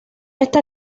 está